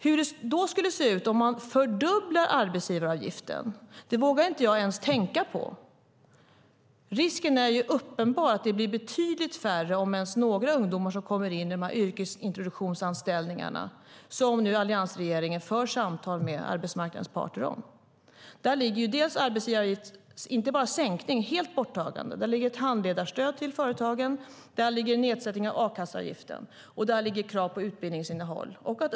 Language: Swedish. Hur ska det då se ut om man fördubblar arbetsgivaravgiften? Det vågar jag inte ens tänka på. Risken är uppenbar att det blir betydligt färre, om ens några ungdomar, som kommer in i yrkesintroduktionsanställningarna, som alliansregeringen för samtal med arbetsmarknadens parter om. Det är fråga om ett helt borttagande av arbetsgivaravgiften. Det finns ett handledarstöd till företagen, och det finns en nedsättning av a-kasseavgiften. Där ligger krav på utbildningsinnehåll.